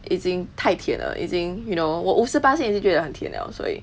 已经太甜了已经 you know 我五十巴仙已经觉得很甜了所以